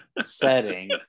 setting